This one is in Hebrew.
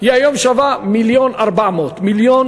היום היא שווה 1.3 1.4 מיליון.